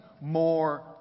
more